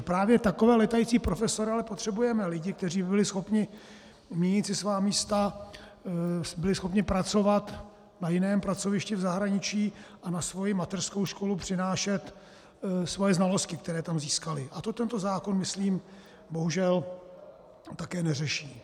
Právě takové létající profesory ale potřebujeme, lidi, kteří by byli schopni měnit si svá místa, byli schopni pracovat na jiném pracovišti v zahraničí a na svoji mateřskou školu přinášet znalosti, které tam získali, a to tento zákon myslím bohužel také neřeší.